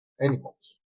animals